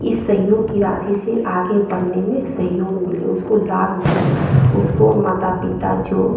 इस सहयोग की राशि से आगे पढ़ने में सहयोग मिले उसको लाभ मिले उसको माता पिता जो